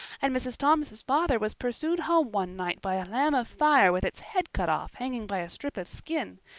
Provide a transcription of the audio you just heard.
and mrs. thomas's father was pursued home one night by a lamb of fire with its head cut off hanging by a strip of skin.